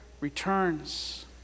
returns